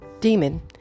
demon